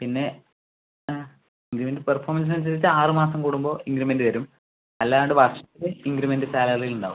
പിന്നെ ആ increment performance അനുസരിച്ച് ആറ് മാസം കൂടുമ്പോൾ ഇൻക്രിമെൻറ്റ് തരും അല്ലാണ്ട് വർഷത്തില് ഇൻക്രിമെൻറ്റ് സാലറിയിൽ ഉണ്ടാവും